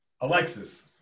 Alexis